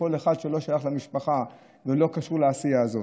כל אחד שלא שייך למשפחה ולא קשור לעשייה הזאת.